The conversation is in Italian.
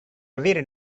avere